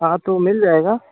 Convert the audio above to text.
हाँ तो मिल जाएगा